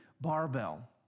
barbell